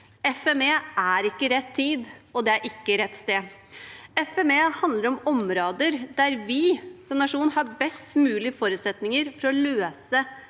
FME er ikke rett tid, og det er ikke rett sted. FME handler om områder der vi som nasjon har best mulige forutsetninger for å løse